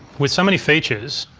with so many features,